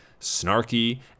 snarky